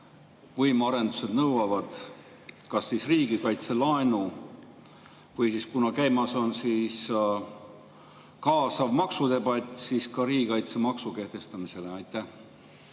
võimearendused nõuavad kas siis riigikaitselaenu või – kuna käimas on kaasav maksudebatt –, ka riigikaitsemaksu kehtestamist. Aitäh!